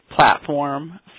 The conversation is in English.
platform